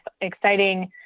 exciting